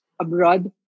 abroad